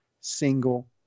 single